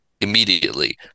immediately